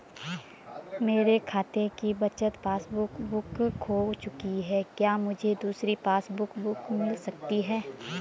मेरे खाते की बचत पासबुक बुक खो चुकी है क्या मुझे दूसरी पासबुक बुक मिल सकती है?